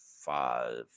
five